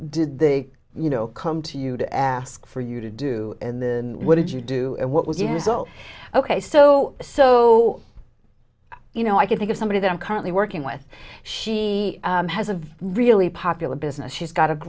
did they you know come to you to ask for you to do in the what did you do what would you go ok so so you know i can think of somebody that i'm currently working with she has a really popular business she's got a